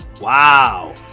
Wow